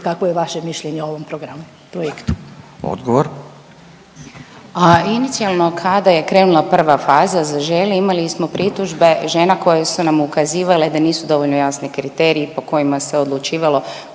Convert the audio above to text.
Odgovor. **Šimonović Einwalter, Tena** A inicijalno kada je krenula prva faza Zaželi imali smo pritužbe žena koje su nam ukazivale da nisu dovoljno jasni kriteriji po kojima se odlučivalo